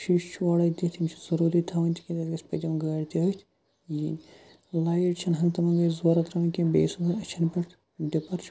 شیٖشہِ چھُ اوڈٕے دِتھ یِم چھِ ضروٗری تھاوٕنۍ تکیازِ اَتھ گَژھِ پٔتِم گاڈِ تہِ أتھِ یِنۍ لایِٹ چھَنہٕ ہَنٛگ تہٕ مَنگَے ضوٚرَتھ تراوٕنۍ کینٛہہ بیٚیہِ أچھَن پیٚٹھ ڈِپَر